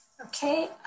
Okay